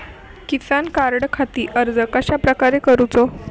किसान कार्डखाती अर्ज कश्याप्रकारे करूचो?